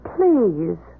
Please